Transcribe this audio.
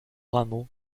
rameaux